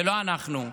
ולא אנחנו.